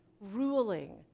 ruling